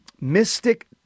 Mystic